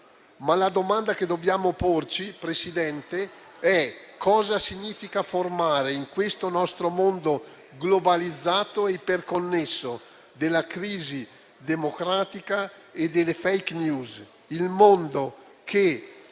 Ma la domanda che dobbiamo porci, Presidente, è cosa significa formare in questo nostro mondo globalizzato e iperconnesso, della crisi democratica e delle *fake news*, un mondo che,